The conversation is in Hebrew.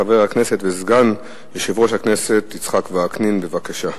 חבר הכנסת וסגן יושב-ראש הכנסת יצחק וקנין, בבקשה.